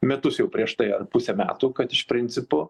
metus jau prieš tai ar pusę metų kad iš principo